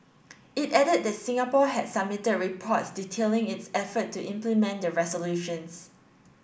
it added that Singapore had submitted reports detailing its effort to implement the resolutions